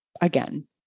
again